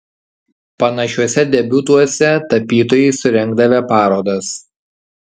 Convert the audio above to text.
panašiuose debiutuose tapytojai surengdavę parodas